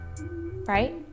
right